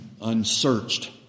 unsearched